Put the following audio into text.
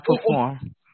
perform